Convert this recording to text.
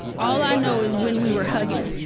all i know is when we were hugging.